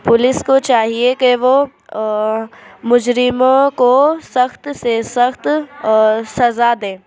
police کو چاہیے کہ وہ مجرموں کو سخت سے سخت سزا دیں